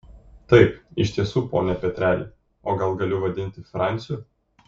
taip iš tiesų pone petreli o gal galiu vadinti franciu